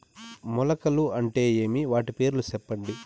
మొలకలు అంటే ఏమి? వాటి పేర్లు సెప్పండి?